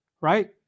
right